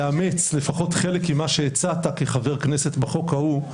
לאמץ לפחות חלק ממה שהצעת כחבר כנסת בחוק ההוא,